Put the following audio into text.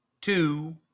two